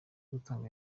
gutanga